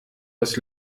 das